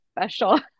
special